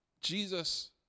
Jesus